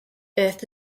earth